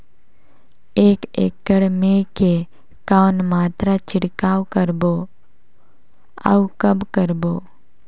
एक एकड़ मे के कौन मात्रा छिड़काव करबो अउ कब करबो?